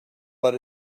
but